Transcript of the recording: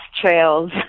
trails